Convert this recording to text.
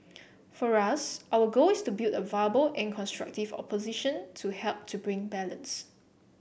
for us our goal is to build a viable and constructive opposition to help to bring balance